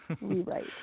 rewrite